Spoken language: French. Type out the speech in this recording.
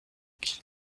qui